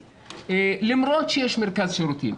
למרות שיש מרכז שירותים,